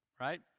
right